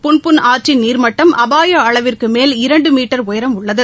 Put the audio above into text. புன்பென் ஆற்றின் நீர்மட்டம் அபாய அளவிற்கு மேல் இரண்டு மீட்டர் உயரம் உள்ளது